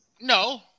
No